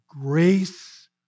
grace